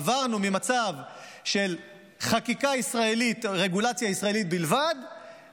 עברנו ממצב של חקיקה ישראלית, רגולציה